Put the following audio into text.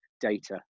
data